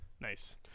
nice